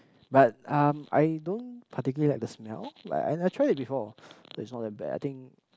but um I don't particularly like the smell like and I tried it before but it's not that bad I think